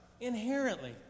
Inherently